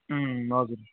अँ हजुर